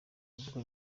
mvugo